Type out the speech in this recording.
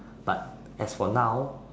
but as for now